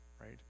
right